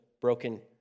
broken